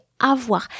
avoir